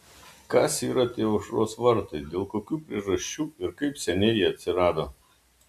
kas yra tie aušros vartai dėl kokių priežasčių ir kaip seniai jie atsirado